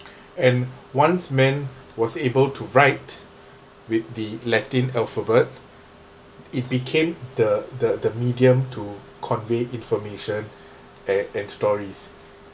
and once man was able to write with the latin alphabet it became the the the medium to convey information and and stories